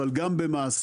אבל גם במעשים.